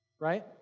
right